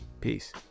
peace